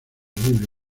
libre